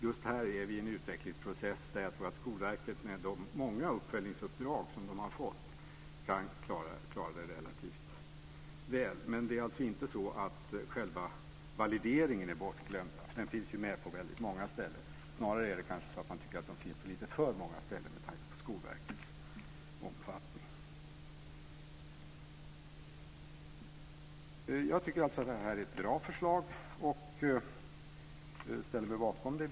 Just här är vi i en utvecklingsprocess där Skolverket, med de många uppföljningsuppdrag som verket har fått, kan klara den relativt väl. Det är inte så att själva valideringen är bortglömd. Den finns med på många ställen. Snarare finns den på för många ställen med tanke på Skolverkets omfattning. Jag tycker att det här är ett bra förslag. Jag ställer mig bakom det.